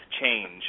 change